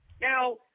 Now